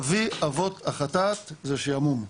אבי אבות החטאת זה השעמום.